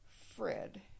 Fred